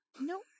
Nope